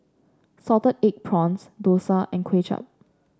Salted Egg Prawns dosa and Kuay Chap